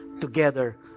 together